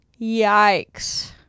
Yikes